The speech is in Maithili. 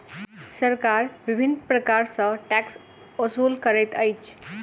सरकार विभिन्न प्रकार सॅ टैक्स ओसूल करैत अछि